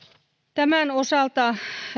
tämän osalta